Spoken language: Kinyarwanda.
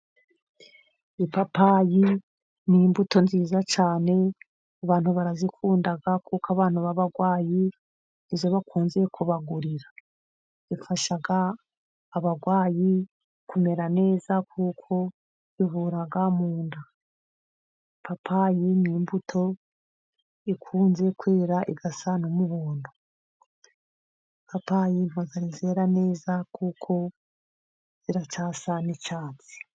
Ipapayi ni imbuto nziza cyane ku bantu barazikunda kuko abantu b'abarwayi nizo bakunze kubagurira, zifasha abarwayi kumera neza kuko zivura mu nda, ipapayi n'imbuto ikunze kwera isa n'umuhondo, ipapayi ntabwo zari zera neza kuko ziracyasa n'icyatsi.